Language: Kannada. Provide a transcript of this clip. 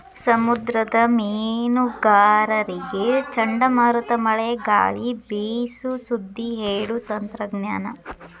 ಸಮುದ್ರದ ಮೇನುಗಾರರಿಗೆ ಚಂಡಮಾರುತ ಮಳೆ ಗಾಳಿ ಬೇಸು ಸುದ್ದಿ ಹೇಳು ತಂತ್ರಜ್ಞಾನ